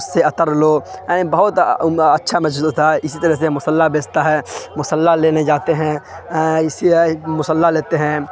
اس سے عطر لو یعنی بہت اچھا محسوس ہوتا ہے اسی طرح سے مصلی بیچتا ہے مصلی لینے جاتے ہیں اسی مصلی لیتے ہیں